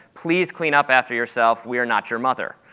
please clean up after yourself. we are not your mother.